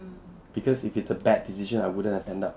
because if it's a bad decision I wouldn't have ended